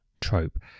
trope